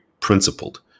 principled